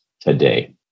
today